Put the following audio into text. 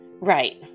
Right